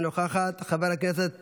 אינה נוכחת, חבר הכנסת